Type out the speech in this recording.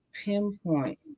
pinpoint